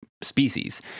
species